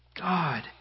God